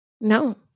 No